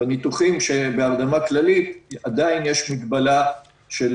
בניתוחים שבהרדמה כללית עדיין יש מגבלה של